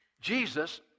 Jesus